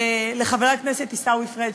לחבר הכנסת עיסאווי פריג',